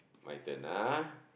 my turn ah